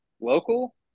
local